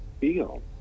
feel